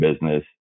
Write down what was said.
business